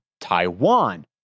Taiwan